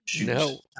No